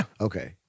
Okay